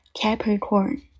Capricorn